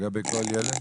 לגבי כל ילד.